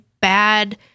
bad